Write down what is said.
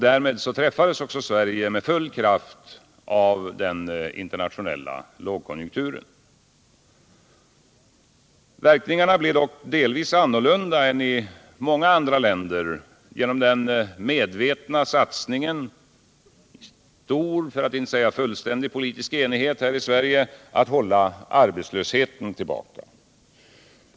Därmed träffades också Sverige med full kraft av den internationella lågkonjunkturen. Verkningarna blev dock annorlunda i Sverige än i många andra länder genom den medvetna satsningen -— i stor, för att inte säga fullständig, enighet — på att hålla arbetslösheten tillbaka.